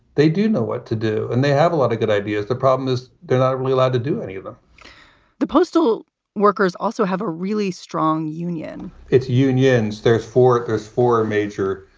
they do know what to do and they have a lot of good ideas. the problem is they're not really allowed to do any of them the postal workers also have a really strong union it's unions. they're for this for major,